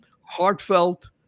Heartfelt